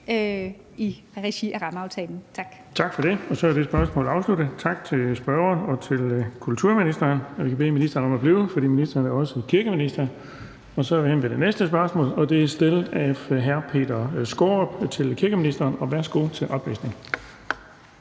(Erling Bonnesen): Tak for det. Så er det spørgsmål afsluttet, så tak til spørgeren og til kulturministeren. Jeg vil bede ministeren om at blive, for ministeren er også kirkeminister, og så er vi henne ved det næste spørgsmål, og det er stillet af hr. Peter Skaarup. Kl. 16:38 Spm. nr. S 1287 30) Til